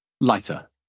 lighter